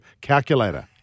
calculator